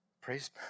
praise